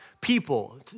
people